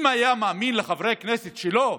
אם היה מאמין לחברי הכנסת שלו,